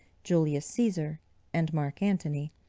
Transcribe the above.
julius caesar and mark antony,